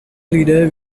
lidé